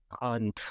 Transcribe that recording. on